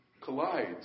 collides